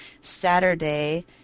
Saturday